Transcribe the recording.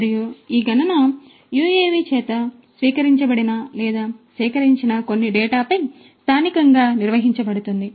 మరియు ఈ గణన ఈ యుఎవి చేత స్వీకరించబడిన లేదా సేకరించిన కొన్ని డేటాపై స్థానికంగా నిర్వహించబడుతుంది